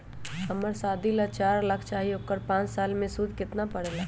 हमरा शादी ला चार लाख चाहि उकर पाँच साल मे सूद कितना परेला?